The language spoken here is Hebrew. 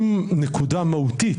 אם נקודה מהותית,